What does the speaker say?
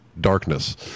darkness